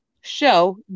show